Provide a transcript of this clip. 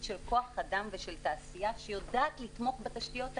של כוח אדם ושל תעשייה שיודעת לתמוך בתשתיות האלה.